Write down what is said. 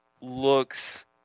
looks